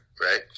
right